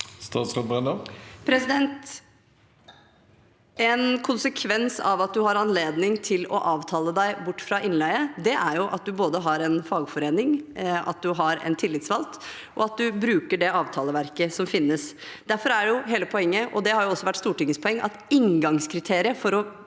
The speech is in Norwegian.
Statsråd Tonje Brenna En konsekvens av at man har anledning til å avtale seg bort fra innleie, er jo at man har en fagforening, at man har en tillitsvalgt, og at man bruker det avtaleverket som finnes. Derfor er hele poenget – og det har også vært Stortingets poeng – at inngangskriteriet for å